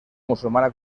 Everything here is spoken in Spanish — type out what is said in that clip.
musulmana